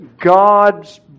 God's